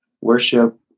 worship